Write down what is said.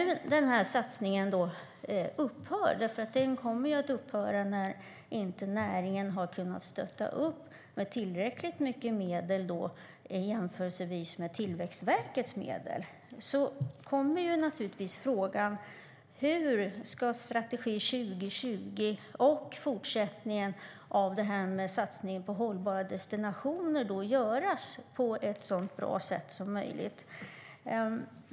Den här satsningen kommer att upphöra. Det gör den ju när näringen inte kan stötta upp med tillräckligt mycket medel jämfört med Tillväxtverkets medel. Då kommer naturligtvis frågan: Hur ska Strategi 2020 och fortsättningen med satsningen på hållbara destinationer göras på så bra sätt som möjligt?